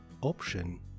option